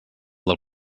del